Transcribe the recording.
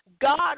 God